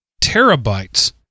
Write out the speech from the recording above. terabytes